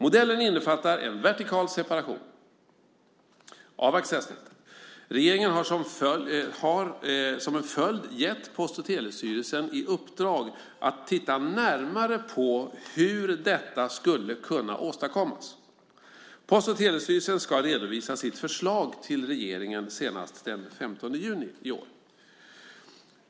Modellen innefattar en vertikal separation av accessnätet. Regeringen har som en följd gett Post och telestyrelsen i uppdrag att titta närmare på hur detta skulle kunna åstadkommas. Post och telestyrelsen ska redovisa sitt förslag till regeringen senast den 15 juni i år.